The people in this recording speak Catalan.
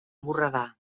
borredà